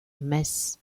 mess